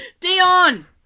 Dion